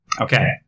Okay